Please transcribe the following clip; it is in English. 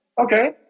Okay